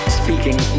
speaking